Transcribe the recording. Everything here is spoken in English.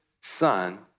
son